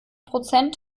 prozent